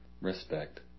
Respect